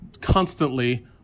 constantly